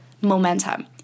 momentum